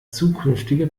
zukünftige